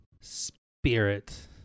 spirit